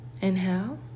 Inhale